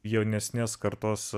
jaunesnės kartos